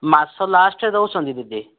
ମାସ ଲାଷ୍ଟ୍ରେ ଦେଉଛନ୍ତି ଦିଦି